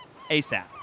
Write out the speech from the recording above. ASAP